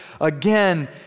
again